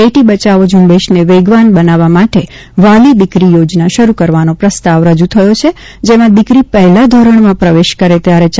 બેટી બચાવો ઝ઼ંબેશને વેગવાન બનાવવા માટે વહાલી દિકરી યોજના શરૂ કરવાનો પ્રસ્તાવ રજૂ થયો છે જેમાં દિકરી પહેલા ધોરણમાં પ્રવેશ કરે ત્યારે રૂા